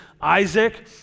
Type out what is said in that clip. Isaac